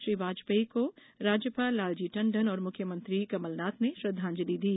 श्री वाजपेयी को राज्यपाल लालजी टंडन और मुख्यमंत्री कमलनाथ ने श्रद्धांजलि दी